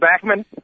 Backman